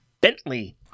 Bentley